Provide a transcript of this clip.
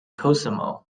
cosimo